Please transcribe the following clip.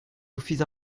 ofis